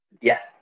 Yes